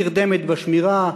לפעמים נרדמת בשמירה,